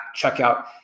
checkout